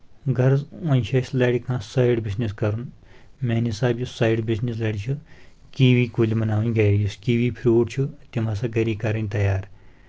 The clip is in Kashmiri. غرٕض وۄنۍ چھِ أسۍ لرِ کانٛہہ سایڈ بِزنؠس کَرُن میانہِ حِساب یُس سایڈ بزنس لرِ چھُ کی وی کُلۍ بناوٕنۍ گرِ یُس کی وی فروٗٹ چھُ تِم ہسا گری کَرٕنۍ تیار